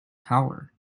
tower